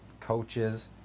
coaches